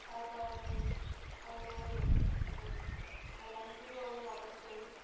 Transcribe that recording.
তারপর আমি অনলাইনে দেখতে শুরু করি অনলাইন থেকেও আমি অর্ডার করি